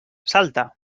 salta